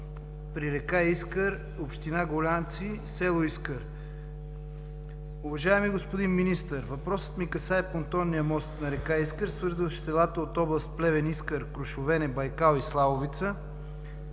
при река Искър, община Гулянци, село Искър. Уважаеми господин Министър, въпросът ми касае понтонния мост на река Искър, свързващ селата от област Плевен: Искър, Крушовене, Байкал и Славовица.